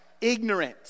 ignorant